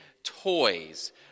toys